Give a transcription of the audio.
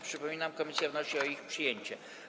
Przypominam, komisja wnosi o ich przyjęcie.